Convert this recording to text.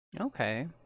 Okay